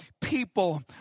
people